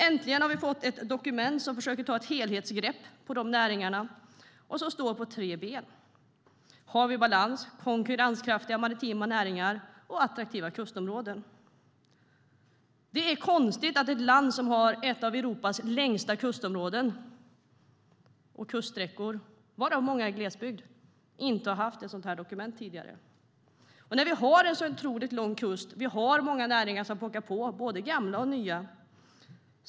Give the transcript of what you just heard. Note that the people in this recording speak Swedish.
Äntligen har vi fått ett dokument som försöker ta ett helhetsgrepp på dessa näringar och som står på tre ben: balans, konkurrenskraftiga maritima näringar och attraktiva kustområden. Det är konstigt att ett land som har en av Europas längsta kuststräckor, varav stora delar i glesbygd, inte har haft ett sådant dokument tidigare. Vi har en otroligt lång kust, och vi har många näringar som pockar på - både gamla och nya.